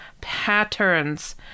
patterns